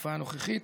בתקופה הנוכחית.